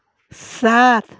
सात